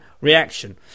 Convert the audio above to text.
Reaction